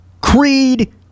creed